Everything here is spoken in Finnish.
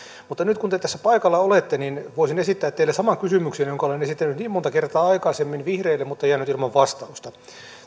nyt kun te tässä paikalla olette niin voisin esittää teille saman kysymyksen jonka olen esittänyt niin monta kertaa aikaisemmin vihreille mutta jäänyt ilman vastausta